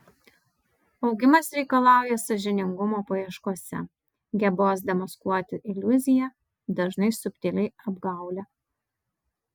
augimas reikalauja sąžiningumo paieškose gebos demaskuoti iliuziją dažnai subtiliai apgaulią